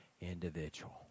individual